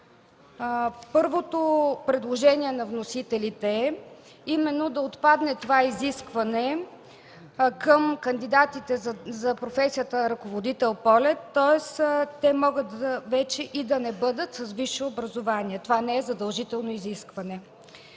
Първото предложение на вносителите е именно да отпадне това изискване към кандидатите за професията ръководител полети, тоест те да могат вече и да не бъдат с висше образование, това да не е задължително изискване.